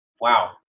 Wow